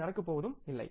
அது நடக்கப்போவதில்லை